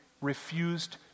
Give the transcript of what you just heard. refused